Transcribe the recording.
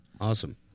Awesome